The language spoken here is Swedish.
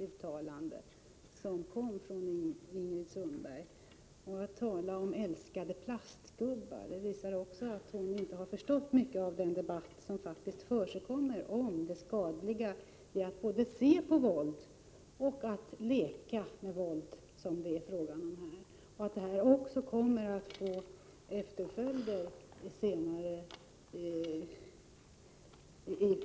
Hon talade om dessa ”älskade” plastgubbar. Det visar att hon inte har förstått mycket av den debatt som faktiskt pågår om det skadliga i att se på våld och att leka med våldsprodukter, vilket det här är fråga om. Det kommer att få följder senare